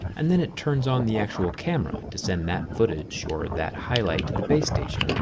and then it turns on the actual camera to send that footage or that highlight to the base station.